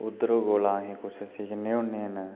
उद्धरुं कोला अहें कुछ सिक्खने होन्ने न